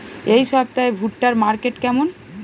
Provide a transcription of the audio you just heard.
এই সপ্তাহে ভুট্টার মার্কেট কেমন?